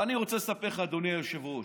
ואני רוצה לספר לך, אדוני היושב-ראש,